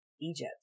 egypt